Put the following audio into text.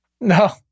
no